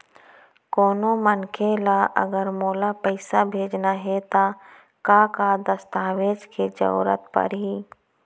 कोनो मनखे ला अगर मोला पइसा भेजना हे ता का का दस्तावेज के जरूरत परही??